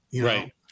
Right